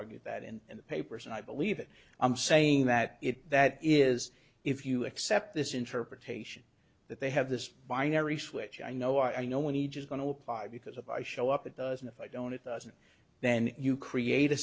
argued that in the papers and i believe it i'm saying that it that is if you accept this interpretation that they have this binary switch i know i know when aegis going to apply because if i show up it does and if i don't it doesn't then you create a